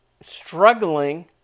struggling